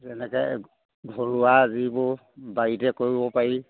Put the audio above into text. যেনেকৈ ঘৰুৱা যিবোৰ বাৰীতে কৰিব পাৰি